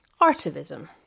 artivism